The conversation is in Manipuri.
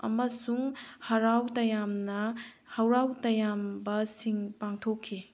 ꯑꯃꯁꯨꯡ ꯍꯔꯥꯎ ꯇꯌꯥꯝꯅ ꯍꯔꯥꯎ ꯇꯌꯥꯝꯕꯁꯤꯡ ꯄꯥꯡꯊꯣꯛꯈꯤ